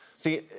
See